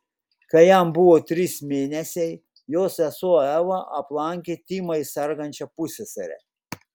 kai jam buvo trys mėnesiai jo sesuo eva aplankė tymais sergančią pusseserę